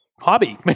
hobby